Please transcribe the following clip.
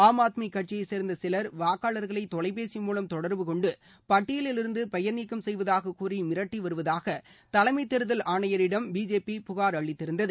ஆம் ஆத்மி கட்சியைச் சேர்ந்த சிலர் வாக்காளர்களை தொலைபேசி மூலம் தொடர்பு கொண்டு பட்டியலிருந்து பெயர் நீக்கம் செய்வதாக கூறி மிரட்டி வருவதாக தலைமை தேர்தல் ஆணையரிடம் பிஜேபி புகார் அளித்திருந்தது